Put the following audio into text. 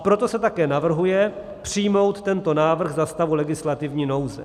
Proto se také navrhuje přijmout tento návrh za stavu legislativní nouze.